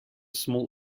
small